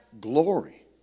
glory